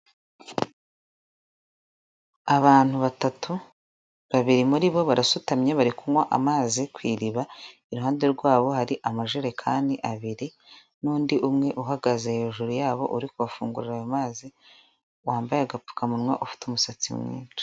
Abantu batatu; babiri muribo barasutamye bari kunywa amazi ku iriba iruhande rwabo hari amajerekani abiri n'undi umwe uhagaze hejuru yabo uri kubafungurira ayo mazi wambaye agapfukamunwa ufite umusatsi mwinshi.